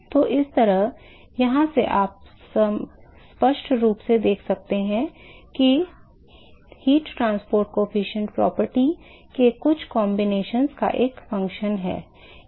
तो इसी तरह यहां से आप स्पष्ट रूप से देख सकते हैं कि ऊष्मा परिवहन गुणांक property के कुछ संयोजन का एक कार्य है